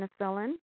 penicillin